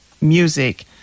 music